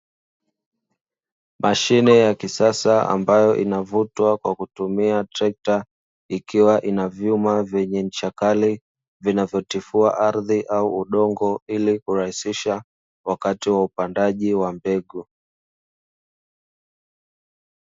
Mashine ya kisasa ambayo inavutwa kwa kutumia trekta, ikiwa na vyuma vyenye ncha kali, vinavyotifua ardhi au udongo, ili kurahisisha wakati wa upandaji wa mbegu.